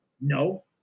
No